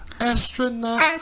astronaut